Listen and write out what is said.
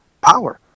power